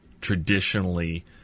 traditionally